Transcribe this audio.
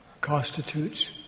constitutes